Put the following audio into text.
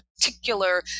particular